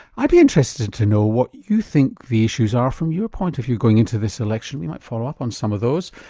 i'd be interested to know what you think the issues are from your point of view, going into this election. i might follow up on some of those.